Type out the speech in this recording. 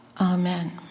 Amen